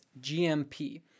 GMP